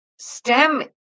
STEM